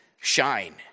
shine